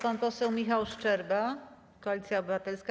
Pan poseł Michał Szczerba, Koalicja Obywatelska.